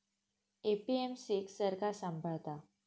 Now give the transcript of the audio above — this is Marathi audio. ए.पी.एम.सी क सरकार सांभाळता